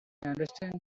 understand